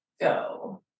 go